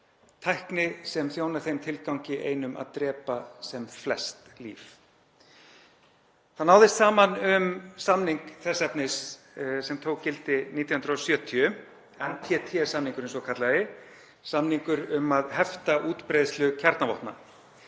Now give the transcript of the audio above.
tækni sem þjónar þeim tilgangi einum að drepa sem flest líf. Það náðist saman um samning þess efnis sem tók gildi 1970, NPT-samninginn svokallaða, samning um að hefta útbreiðslu kjarnavopna,